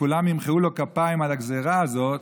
כולם ימחאו לו כפיים על הגזרה הזאת.